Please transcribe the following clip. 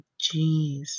jeez